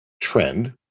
trend